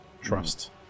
trust